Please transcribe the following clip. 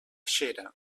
xera